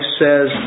says